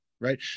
Right